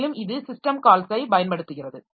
மேலும் இது சிஸ்டம் கால்ஸை பயன்படுத்துகிறது